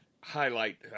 highlight –